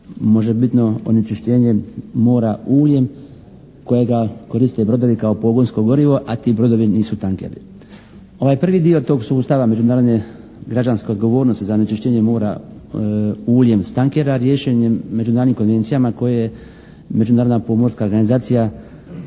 možebitno onečišćenje mora uljem kojega koriste brodovi kao pogonsko gorivo, a ti brodovi nisu tankeri. Ovaj prvi dio tog sustava međunarodne građanske odgovornosti za onečišćenje mora uljem s tankera riješen je međunarodnim konvencijama koje je Međunarodna pomorska organizacija